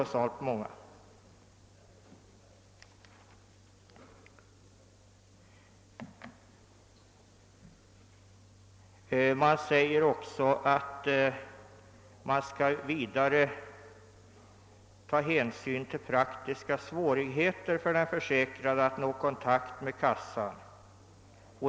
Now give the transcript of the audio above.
I sitt yttrande säger riksförsäkringsverket vidare att hänsyn skall tas till praktiska svårigheter för den försäkrade att nå kontakt med kassan.